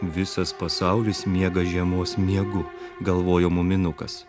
visas pasaulis miega žiemos miegu galvojo muminukas